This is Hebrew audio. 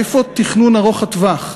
איפה התכנון ארוך הטווח?